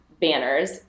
banners